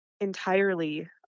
entirely